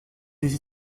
des